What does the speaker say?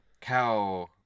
cow